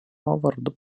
vardu